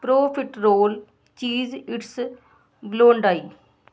pro fit role cheese it's blondie